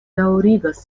daŭrigas